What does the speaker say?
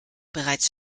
bereits